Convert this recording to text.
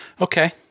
Okay